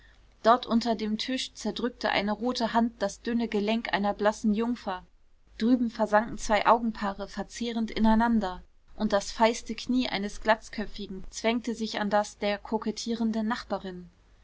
dort unter dem tisch zerdrückte eine rote hand das dünne gelenk einer blassen jungfer drüben versanken zwei augenpaare verzehrend ineinander und das feiste knie eines glatzköpfigen zwängte sich an das der kokettierenden nachbarin